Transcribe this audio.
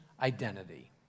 identity